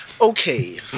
Okay